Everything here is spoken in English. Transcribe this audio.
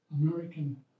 American